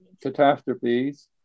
catastrophes